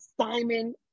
Simon